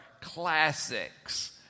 classics